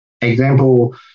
Example